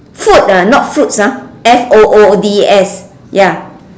food ah not fruits ah f o o d s ya